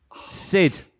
Sid